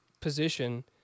position